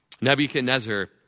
Nebuchadnezzar